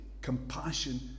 compassion